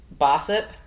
Bossip